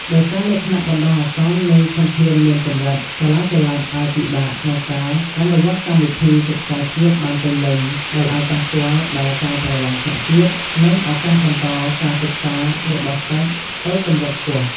ដោយសារលក្ខណៈបណ្ដោះអាសន្ន និងធនធានមានកម្រិត សាលាចល័តអាចពិបាកក្នុងការអនុវត្តកម្មវិធីសិក្សាជាតិបានពេញលេញ ដែលអាចប៉ះពាល់ដល់ការប្រឡងថ្នាក់ជាតិ និងឱកាសបន្តការសិក្សារបស់សិស្សទៅកម្រិតខ្ពស់។